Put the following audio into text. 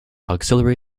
auxiliary